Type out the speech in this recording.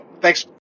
thanks